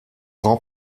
grand